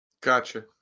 gotcha